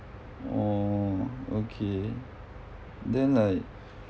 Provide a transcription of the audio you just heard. oh okay then like